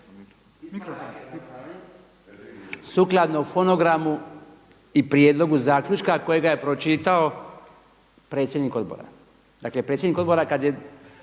sukladno fonogramu i prijedlogu zaključka kojega je pročitao predsjednik odbora. Dakle predsjednik odbora kada je